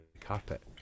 carpet